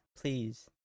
please